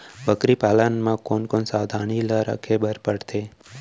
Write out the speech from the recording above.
बकरी पालन म कोन कोन सावधानी ल रखे बर पढ़थे?